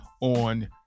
on